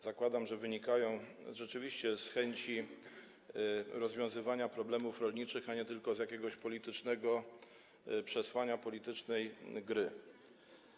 Zakładam, że rzeczywiście wynika to z chęci rozwiązywania problemów rolniczych, a nie tylko z jakiegoś politycznego przesłania, politycznej gry.